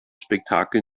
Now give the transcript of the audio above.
spektakel